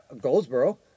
Goldsboro